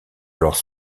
alors